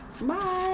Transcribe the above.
bye